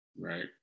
Right